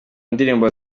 ndirimbo